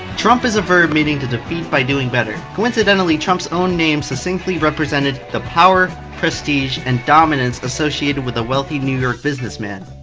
trump is a verb meaning to defeat by doing better. coincidentally, trump's own name succinctly represented the power, prestige and dominance, associated with a wealthy new york businessman.